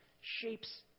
shapes